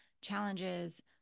challenges